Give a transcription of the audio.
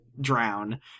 drown